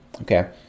okay